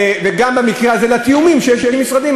וגם, במקרה הזה, לתיאומים שיש עם משרדים.